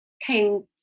came